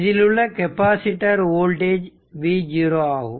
இதிலுள்ள capacitor voltage v0 ஆகும்